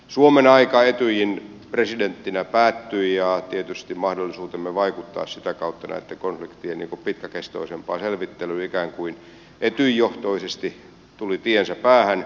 suomen aika etyjin presidenttinä päättyi ja tietysti mahdollisuutemme vaikuttaa sitä kautta näitten konfliktien pitkäkestoisempaan selvittelyyn ikään kuin etyj johtoisesti tuli tiensä päähän